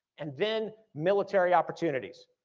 and then military opportunities.